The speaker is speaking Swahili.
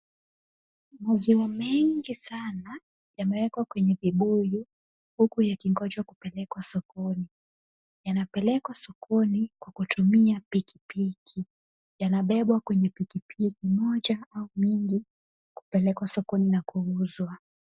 Maziwa mengi sana yamewekwa kwenye vibuyu huku yakingoja kupelekwa sokoni. Yanapelekwa sokoni kwa kutumia pikipiki. Yanabebwa kwa pikipiki moja au mingi kupelekwa sokoni na kuuzwa.